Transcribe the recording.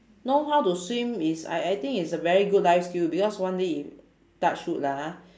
know how to swim is I I think is a very good life skill because one day if touch wood lah ah